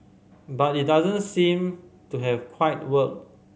but it doesn't seem to have quite worked